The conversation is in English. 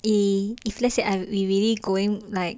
eh if let's say I we really going like